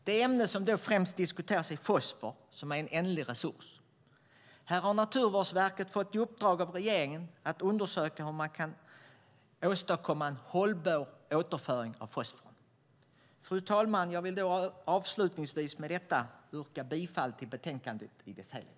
Det ämne som främst diskuteras är fosfor, som är en ändlig resurs. Här har Naturvårdsverket fått i uppdrag av regeringen att undersöka hur man kan åstadkomma en hållbar återföring av fosfor. Fru talman! Jag vill avslutningsvis yrka bifall till förslaget i betänkandet i dess helhet.